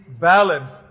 balance